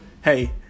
Hey